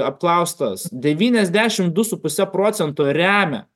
apklaustas devyniasdešimt du su puse procento remia